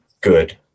good